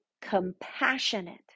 compassionate